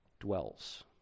dwells